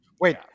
Wait